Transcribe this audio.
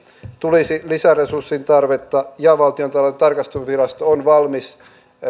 tulisi lisäresurssien tarvetta ja valtiontalouden tarkastusvirasto on valmis tällaisten